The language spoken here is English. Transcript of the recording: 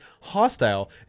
hostile